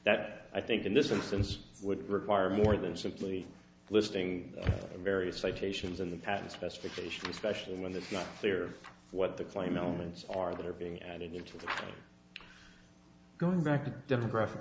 that i think in this instance would require more than simply listing various citations in the patent specification especially when it's not clear what the claim elements are that are being added into going back to demographic